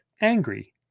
Angry